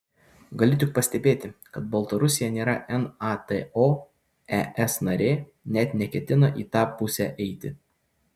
galiu tik pastebėti kad baltarusija nėra nato es narė net neketina į tą pusę eiti